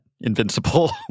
Invincible